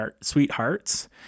sweethearts